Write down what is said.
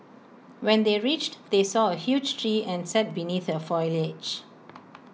when they reached they saw A huge tree and sat beneath the foliage